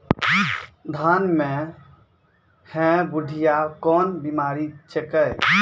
धान म है बुढ़िया कोन बिमारी छेकै?